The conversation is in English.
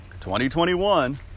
2021